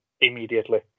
immediately